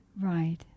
Right